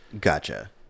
gotcha